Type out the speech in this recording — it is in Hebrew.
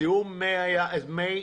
זיהום מי